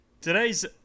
Today's